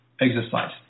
exercise